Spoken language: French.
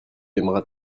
aimeras